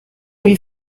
wie